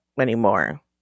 anymore